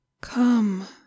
Come